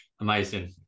Amazing